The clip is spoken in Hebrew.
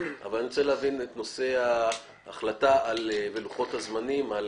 אבל אני רוצה להבין את נושא ההחלטה ולוחות הזמנים על